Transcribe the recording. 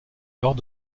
lors